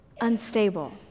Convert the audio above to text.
unstable